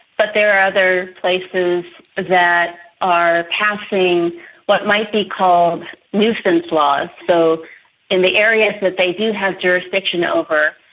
but there are other places that are passing what might be called nuisance laws. so in the areas that they do have jurisdiction over,